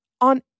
on